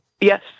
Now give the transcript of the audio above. Yes